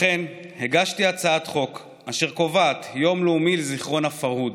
לכן הגשתי הצעת חוק אשר קובעת יום לאומי לזיכרון הפרהוד.